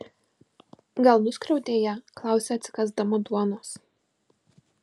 gal nuskriaudei ją klausia atsikąsdama duonos